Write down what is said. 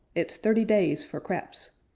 it's thirty days for craps.